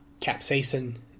capsaicin